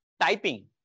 typing